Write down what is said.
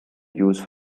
used